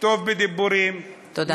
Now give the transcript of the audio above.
הוא טוב בדיבורים, תודה.